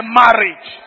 marriage